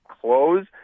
close